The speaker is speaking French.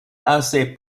assez